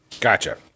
Gotcha